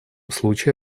случае